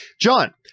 john